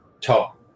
top